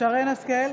שרן מרים השכל,